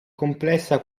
complessa